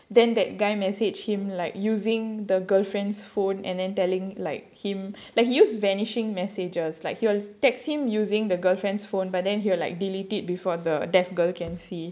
then that guy message him like using the girlfriend's phone and then telling like him like he used vanishing messages like he was text him using the girlfriend's phone but then he will like delete it before the deaf girl can see